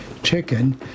chicken